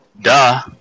Duh